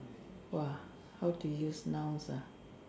!wah! how to use nouns ah